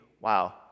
wow